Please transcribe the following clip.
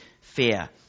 fear